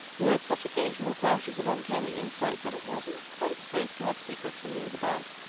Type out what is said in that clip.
who had such occasional flashes of uncanny insight that it wasn't quite safe to have secrets when he was about.